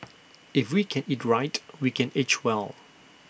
if we can eat right we can age well